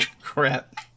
crap